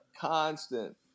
constant